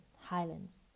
Highlands